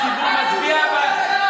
נעמה, הציבור מצביע בעד.